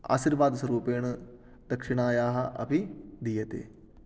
आशीर्वादस्वरूपेण दक्षिणायाः अपि दीयते